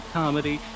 comedy